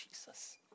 Jesus